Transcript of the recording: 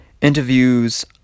interviews